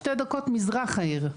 שתי דקות מזרח העיר.